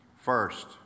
First